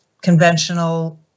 conventional